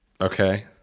Okay